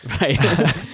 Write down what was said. right